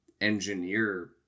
engineer